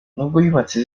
yubatse